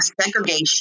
segregation